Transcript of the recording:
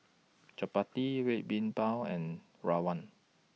Chappati Red Bean Bao and Rawon